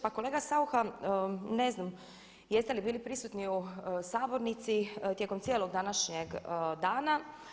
Pa kolega Saucha, ne znam jeste li bili prisutni u sabornici tijekom cijelog današnjeg dana.